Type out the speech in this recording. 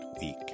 week